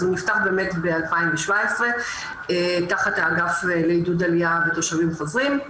אז המרכז נפתח ב-2017 תחת האגף לעידוד עלייה ותושבים חוזרים.